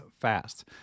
fast